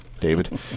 david